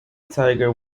tiger